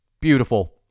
Beautiful